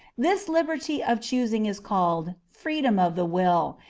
this liberty of choosing is called freedom of the will,